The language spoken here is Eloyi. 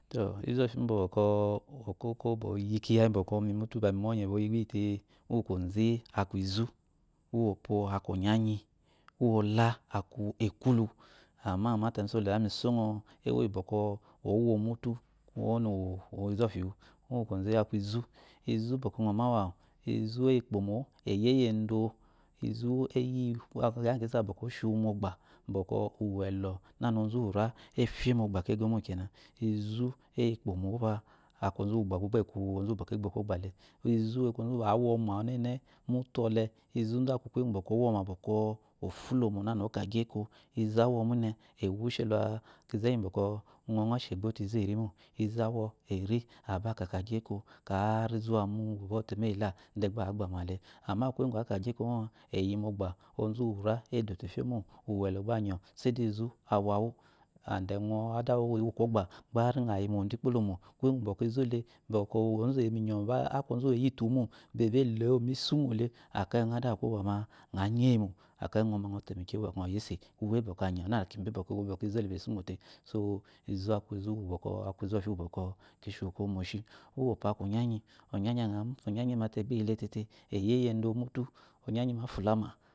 To ozufi bɔko okoko oyikiya guibɔkɔ minyɔyɛ boyi gbiyi te ueu kwoes de aku izu, uwopo aku onyayiyi owola aku ekulu ama mata misole ewo iyibɔkɔ owo mutu wonu izɔfi wu kuoze aku izu izu bɔkɔ əɔ mawu awu izu eyi ikpomo-o eyi eyi edo, ezu kiya ngyi bɔkɔ kisa bɔkɔ oshuwu mogba bɔkɔ uwelɔ nana ozuwura efye mogba kego mo kyena ezu wu gba gbo kwogba le ozu aku ozuwu bɔkɔ awɔma ɔnɛnɛ bɔ ofulo mona okagyi ekoizu izu awɔ mune ewushe la kize gyibkɔ uyɔ əɔshi egbe te erimo izu awɔəshi egbe te eri mo izu awu mune eri abaakakagyi eko ka ari meyi la degba ari agbama le ama kuye ngu akagyi eko mo eyi mogba ozuwura edote eyemo uwelo sha anyɔ seyide izu awawu ans he ada uwu kwogba gba ari əayi modo ikpolomo usu bɔkɔ izu ele ozumu uwubɔkɔ eyitu wumo belowo misumole akeyi utɔ adu uwu kwogba ma əa nyeyi mo akeyi uəɔ əɔtemekye wu gba əɔyese, uwe bɔka anyawu nanakibe bpkiwp bɔkɔ izu ile esumo te so izu aku izɔfi uwu bɔkɔ kishuwu kuwo moshi uwopo aku onya nyi onyanyi aəawu ay te gba yile tete eyi adawu ay te gba yile tete eyi eyi ay te gba yoile tete eyi eyi edo mutu, onyanyi ma afulama.